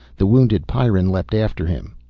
the wounded pyrran leaped after him.